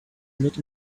unlit